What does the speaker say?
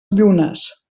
llunes